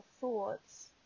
thoughts